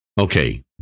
Okay